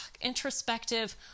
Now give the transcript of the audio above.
introspective